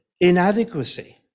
inadequacy